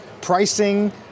pricing